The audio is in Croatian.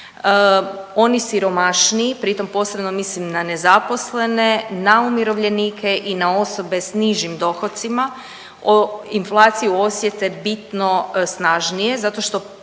Oni siromašniji, pritom posebno mislim na nezaposlene, na umirovljenike i na osobe s nižim dohocima, inflaciju osjete bitno snažnije zato što